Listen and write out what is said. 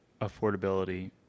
affordability